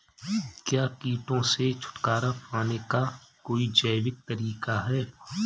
क्या कीटों से छुटकारा पाने का कोई जैविक तरीका है?